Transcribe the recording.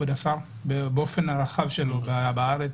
באופן הרחב שלו, בארץ?